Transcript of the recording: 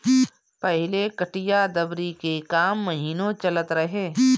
पहिले कटिया दवरी के काम महिनो चलत रहे